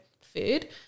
food